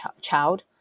child